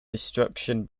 destruction